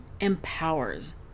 empowers